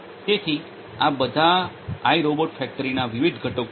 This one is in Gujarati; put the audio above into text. તેથી આ બધા આ આઇરોબોટ ફેક્ટરીના વિવિધ ઘટકો છે